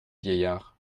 vieillard